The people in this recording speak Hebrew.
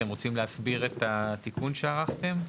אתם רוצים להסביר את התיקון שערכתם?